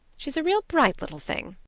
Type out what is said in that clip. she's a real bright little thing.